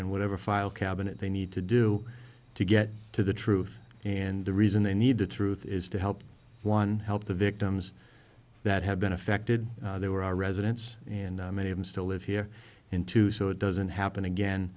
and whatever file cabinet they need to do to get to the truth and the reason they need the truth is to help one help the victims that have been affected they were our residents and many of them still live here in two so it doesn't